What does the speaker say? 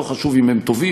ולא חשוב אם הם טובים,